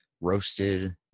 roasted